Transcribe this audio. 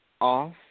off